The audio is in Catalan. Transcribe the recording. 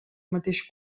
mateix